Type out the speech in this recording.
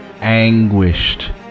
anguished